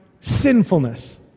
sinfulness